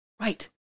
Right